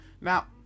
Now